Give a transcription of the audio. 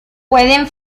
pueden